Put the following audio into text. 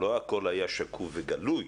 לא הכול היה שקוף וגלוי.